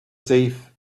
thief